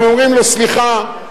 אנחנו אומרים לו: סליחה,